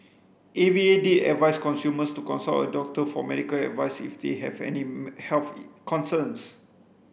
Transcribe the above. A V A did advice consumers to consult a doctor for medical advice if they have any health concerns